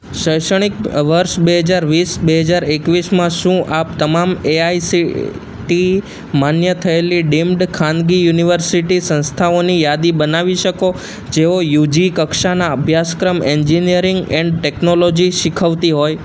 શૈક્ષણિક વર્ષ બે હજાર વીસ બેહજાર એકવીસમાં શું આપ તમામ એઆઈસીટી માન્ય થયેલી ડીમ્ડ ખાનગી યુનિવર્સિટી સંસ્થાઓની યાદી બનાવી શકો જેઓ યુજી કક્ષાના અભ્યાસક્રમ એન્જિન્યરિંગ એન્ડ ટેકનોલોજી શીખવતી હોય